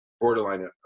borderline